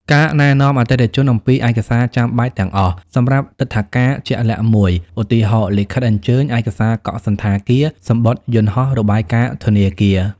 ការណែនាំអតិថិជនអំពីឯកសារចាំបាច់ទាំងអស់សម្រាប់ទិដ្ឋាការជាក់លាក់មួយ ឧទាហរណ៍ លិខិតអញ្ជើញ ឯកសារកក់សណ្ឋាគារ សំបុត្រយន្តហោះ របាយការណ៍ធនាគារ។